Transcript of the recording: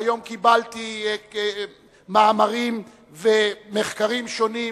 והיום קיבלתי מאמרים ומחקרים שונים